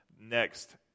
next